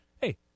hey